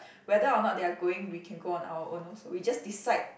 whether or not they are going we can go on our own also we just decide